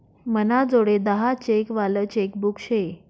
मनाजोडे दहा चेक वालं चेकबुक शे